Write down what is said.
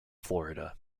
florida